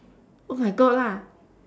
oh my god lah